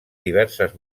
diverses